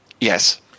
Yes